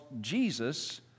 Jesus